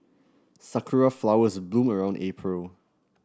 sakura flowers bloom around April